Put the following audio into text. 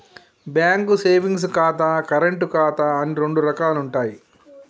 bank savings ఖాతా, current ఖాతా అని రెండు రకాలుంటయ్యి